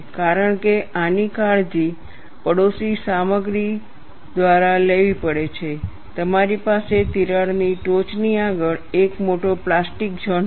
કારણ કે આની કાળજી પાડોશી સામગ્રી દ્વારા લેવી પડે છે તમારી પાસે તિરાડની ટોચની આગળ એક મોટો પ્લાસ્ટિક ઝોન હશે